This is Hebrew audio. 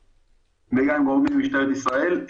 וגם עם גורמים ממשטרת ישראל.